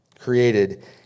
Created